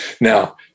Now